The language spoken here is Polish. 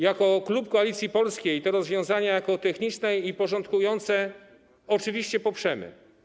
Jako klub Koalicji Polskiej te rozwiązania jako techniczne i porządkujące oczywiście poprzemy.